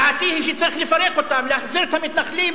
דעתי היא שצריך לפרק אותן, להחזיר את המתנחלים